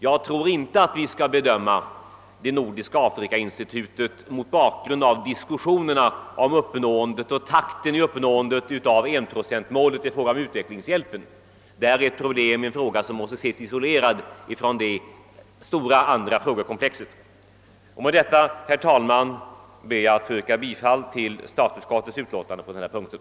Jag tror inte att vi skall bedöma Nor diska afrikainstitutet mot bakgrunden av diskussionerna om takten i uppnåendet av enprocentmålet i fråga om u hjälpen — det är en fråga som måste ses isolerad från det stora frågekomplexet. Med detta ber jag, herr talman, att få yrka bifall till utskottets hemställan.